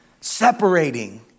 separating